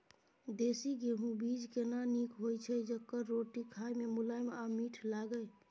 देसी गेहूँ बीज केना नीक होय छै जेकर रोटी खाय मे मुलायम आ मीठ लागय?